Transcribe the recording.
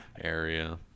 area